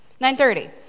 9.30